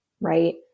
right